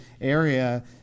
area